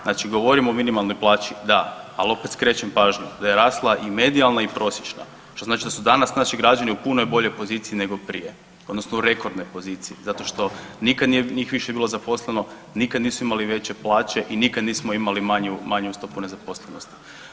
Znači govorimo o minimalnoj plaći, da, ali opet skrećem pažnju da je rasta i medijalna i prosječna, što znači da su danas naši građani u puno boljoj poziciji nego prije, odnosno u rekordnoj poziciji, zato što nikad nije njih bilo više zaposleno, nikad nisu imali veće plaće i nikad nismo imali manju stopu nezaposlenosti.